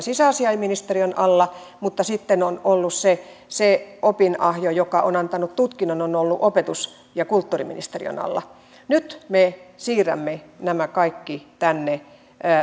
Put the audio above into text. sisäasiainministeriön alla mutta sitten se se opinahjo joka on antanut tutkinnon on ollut opetus ja kulttuuriministeriön alla nyt me siirrämme nämä kaikki tänne